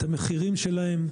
את המחירים שלהן,